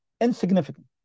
insignificant